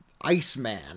Iceman